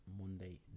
Monday